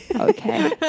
okay